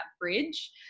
bridge